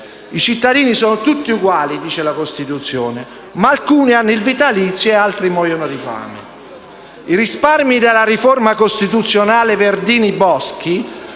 I cittadini sono tutti uguali, dice la Costituzione, ma alcuni hanno il vitalizio e altri muoiono di fame. I risparmi della riforma costituzionale Verdini-Boschi